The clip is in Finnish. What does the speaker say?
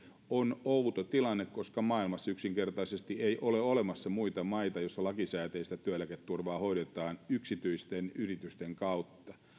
on outo tilanne koska maailmassa yksinkertaisesti ei ole olemassa muita maita joissa lakisääteistä työeläketurvaa hoidetaan yksityisten yritysten kautta